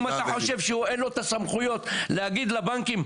אתה חושב שאין לו את הסמכויות להגיע לבנקים,